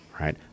right